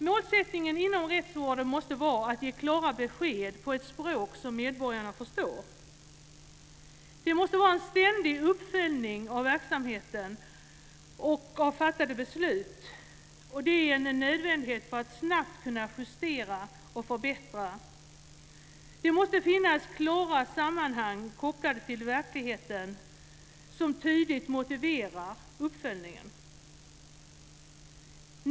Målsättningen inom rättsvården måste vara att ge klara besked på ett språk som medborgarna förstår. Det måste ske en ständig uppföljning av verksamheten och av fattade beslut. Det är en nödvändighet för att snabbt kunna justera och förbättra. Det måste finnas klara sammanhang kopplade till verkligheten som tydligt motiverar uppföljningen.